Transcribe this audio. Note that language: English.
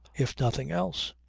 if nothing else.